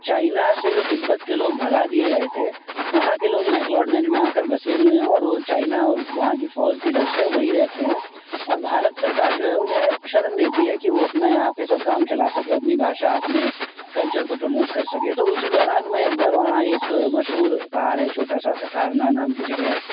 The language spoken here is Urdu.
چائنا سے جو تبت کے لوگ بھگا دیے گئے تھے وہاں کے لوگ میکلاڈ گنج میں آ کر بسے ہوئے ہیں اور وہ چائنا اور وہاں کی فوج کی ڈر سے وہیں رہتے ہیں اور بھارت سرکار جو ہے انہیں شرن دیتی ہے کہ وہ اپنا یہاں پہ سب کام چلا سکے اپنی بھاشا اپنے کلچر کو پرموٹ کر سکے تو اسی دوران میں ایک بار وہاں ایک مشہور پہاڑ ہے چھوٹا سا تھتھارنا نام کی جگہ ہے